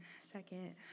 second